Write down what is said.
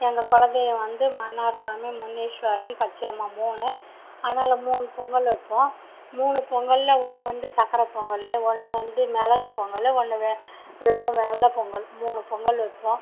எங்கள் குலதெய்வம் வந்து மன்னார் சாமி முனிஷ்வரன் பச்சையம்மா மூணு அதனால மூணு பொங்கல் வைப்போம் மூணு பொங்கலில் ஒன்று வந்து சக்கரைப் பொங்கல் ஒன்று வந்த மிளகு பொங்கல் ஒன்று வெறும் வெள்ளைப் பொங்கல் மூணு பொங்கல் வைப்போம்